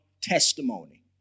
testimony